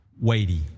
weighty